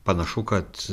panašu kad